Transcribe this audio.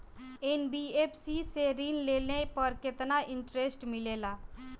NBFC से ऋण लेने पर केतना इंटरेस्ट मिलेला?